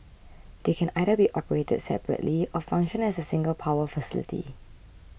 they can either be operated separately or function as a single power facility